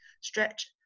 stretch